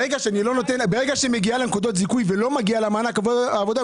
ברגע שהיא מגיעה לנקודת זיכוי ולא מגיע לה מענק עבודה,